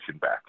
back